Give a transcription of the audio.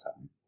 time